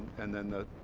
and then the